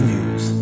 News